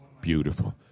Beautiful